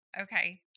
okay